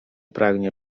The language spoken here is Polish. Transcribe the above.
pragnie